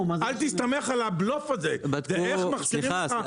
אל תסתמך על הבלוף הזה --- בדקו --- סליחה,